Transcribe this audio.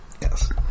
Yes